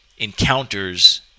encounters